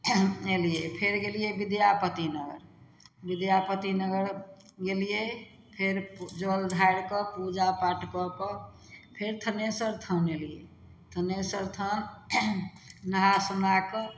अयलियै फेर गेलियै विद्यापति नगर विद्यापति नगर गेलियै फेर जल ढारिकऽ पूजा पाठ कऽ कऽ फेर थनेसर स्थान अयलियै थनेसर स्थान नहा सुना कऽ